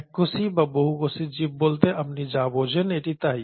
এককোষী বা বহুকোষী জীব বলতে আপনি যা বোঝেন এটি তাই